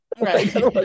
Right